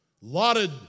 Lauded